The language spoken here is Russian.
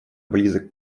близок